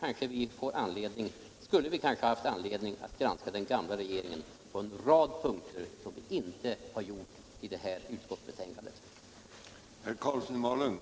Med den tolkningen skulle vi kanske haft anledning att granska den gamla regeringen på en rad punkter som nu inte tagits upp i förevarande utskottsbetänkande.